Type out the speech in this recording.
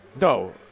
No